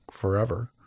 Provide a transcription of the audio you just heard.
forever